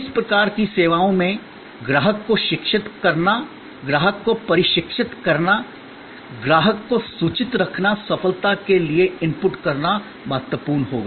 इस प्रकार की सेवाओं में ग्राहक को शिक्षित करना ग्राहक को प्रशिक्षित करना ग्राहक को सूचित रखना सफलता के लिए इनपुट करना महत्वपूर्ण होगा